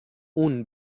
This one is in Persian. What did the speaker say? اون